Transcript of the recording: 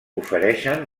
ofereixen